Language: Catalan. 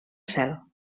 cel